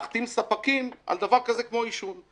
צריכים להחתים ספקים על דבר כזה כמו עישון.